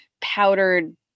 powdered